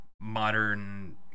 modern